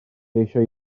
eisiau